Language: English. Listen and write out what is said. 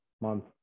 month